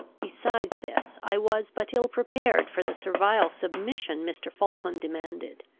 besides this, i was but ill prepared for the servile submission mr. falkland demanded.